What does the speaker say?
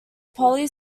poly